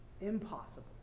impossible